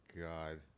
god